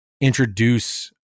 introduce